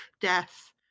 death